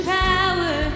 power